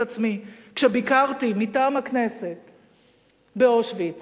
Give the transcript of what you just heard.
עצמי כשביקרתי מטעם הכנסת באושוויץ.